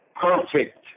perfect